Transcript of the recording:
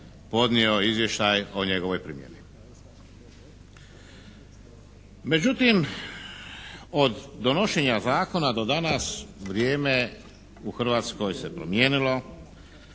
podnio izvještaj o njegovoj primjeni. Međutim, od donošenja zakona do danas vrijeme u Hrvatskoj se promijenilo,